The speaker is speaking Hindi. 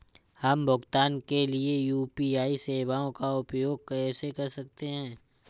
हम भुगतान के लिए यू.पी.आई सेवाओं का उपयोग कैसे कर सकते हैं?